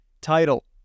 title